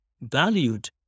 valued